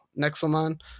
Nexomon